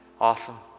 Awesome